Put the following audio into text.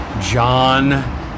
John